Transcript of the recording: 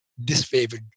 disfavored